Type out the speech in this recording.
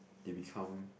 they become